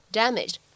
damaged